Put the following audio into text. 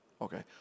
Okay